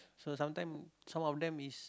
so sometime some of them is